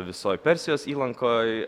visoj persijos įlankoj